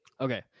Okay